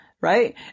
Right